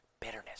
bitterness